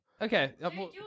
Okay